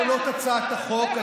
מהם עקרונות הצעת החוק?